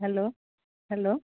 hello hello